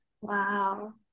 wow